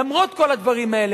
למרות כל הדברים האלה,